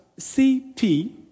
CP